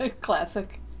Classic